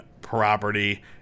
property